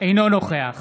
אינו נוכח